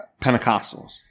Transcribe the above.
Pentecostals